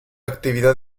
actividad